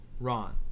Ron